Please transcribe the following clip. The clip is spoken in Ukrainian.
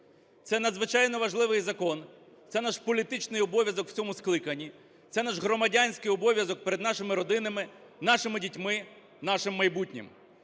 Це надзвичайно важливий закон, це наш політичний обов'язок в цьому скликанні, це наш громадянський обов'язок перед нашими родинами, нашими дітьми, нашим майбутнім.